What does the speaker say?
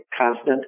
constant